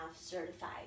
certified